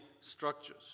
structures